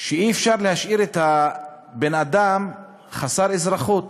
שאי-אפשר להשאיר אדם חסר אזרחות.